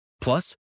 Plus